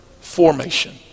formation